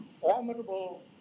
formidable